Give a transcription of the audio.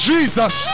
Jesus